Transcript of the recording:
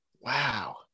Wow